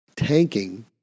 tanking